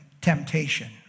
temptation